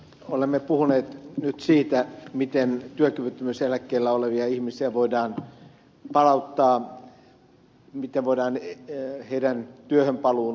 olemme puhuneet nyt siitä miten työkyvyttömyyseläkkeellä olevia ihmisiä voidaan palauttaa työhön miten voidaan heidän työhönpaluutaan edistää